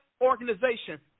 organization